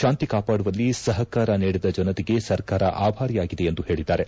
ಶಾಂತಿ ಕಾಪಾಡುವಲ್ಲಿ ಸಹಕಾರ ನೀಡಿದ ಜನತೆಗೆ ಸರ್ಕಾರ ಅಭಾರಿಯಾಗಿದೆ ಎಂದು ಹೇಳಿದ್ದಾರೆ